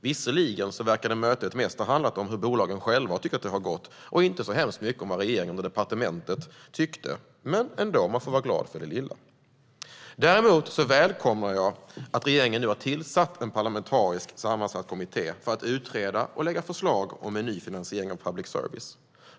Visserligen verkade mötet mest ha handlat om hur bolagen själva tyckte att det hade gått och inte så hemskt mycket om vad regeringen och departementet tyckte. Men ändå - man får vara glad för det lilla. Däremot välkomnar jag att regeringen nu har tillsatt en parlamentariskt sammansatt kommitté för att utreda och lägga fram förslag om en ny finansiering av public service.